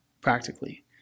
practically